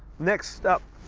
next up.